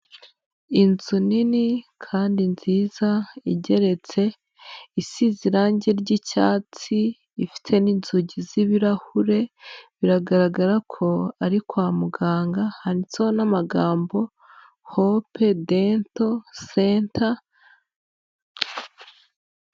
Inzu nini kandi nziza igeretse, isize irangi ry'icyatsi ifite n'inzugi z'ibirahure, biragaragara ko ari kwa muganga handitse n'amagambo Hope Dental Center..